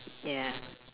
ya